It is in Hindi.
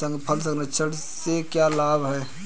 फल संरक्षण से क्या लाभ है?